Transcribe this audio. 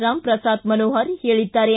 ರಾಮ್ಪ್ರಸಾತ್ ಮನೋಹರ್ ಹೇಳಿದ್ದಾರೆ